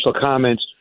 comments